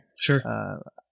Sure